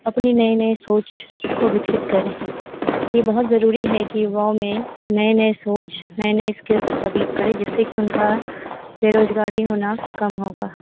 अपनी नई नई सोच को विकसित करें यह बहुत ज़रूरी है कि युवाओं में कि नई सोच नए नए स्किल्स डेवलप करें जिससे कि उनका बेरोजगारी होना कम होगा